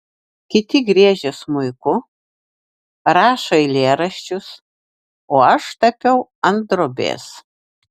kiti griežia smuiku rašo eilėraščius o aš tapiau ant drobės